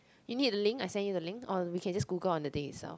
you need the link I send you the link or we can just Google on the day itself